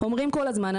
אומרים כל הזמן,